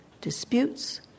Disputes